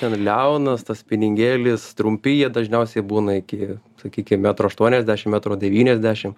ten liaunas tas sniningėlis trumpi jie dažniausiai būna iki sakykim metro aštuoniasdešim metro devyniasdešim